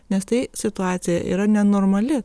nes tai situacija yra nenormali